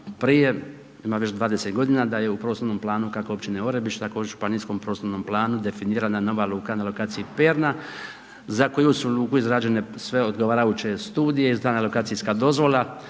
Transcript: prije, ima već 20 g. da je u prostornom planu kako općine Orebić tako u županijskom prostornom planu, definirana nova luka na lokaciji Perna, za koju su luku izrađene sve odgovarajuće studije, izdana je lokacijska dozvola,